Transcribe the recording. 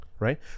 Right